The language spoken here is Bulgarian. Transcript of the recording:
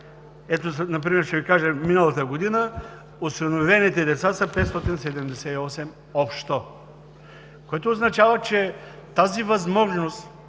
кажа например, че миналата година осиновените деца са 578 общо, което означава, че тази възможност